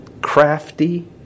crafty